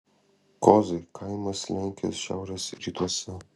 kozai kaimas lenkijos šiaurės rytuose